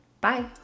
Bye